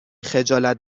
خجالت